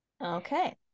Okay